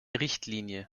richtlinie